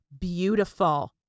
beautiful